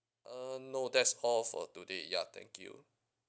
uh no that's all for today ya thank you